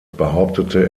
behauptete